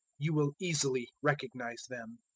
you will easily recognize them.